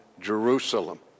Jerusalem